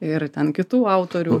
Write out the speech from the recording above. ir ten kitų autorių